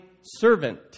servant